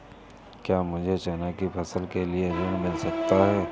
क्या मुझे चना की फसल के लिए ऋण मिल सकता है?